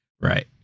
right